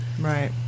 Right